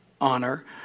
honor